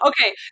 Okay